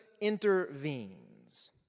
intervenes